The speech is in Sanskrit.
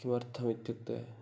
किमर्थम् इत्युक्ते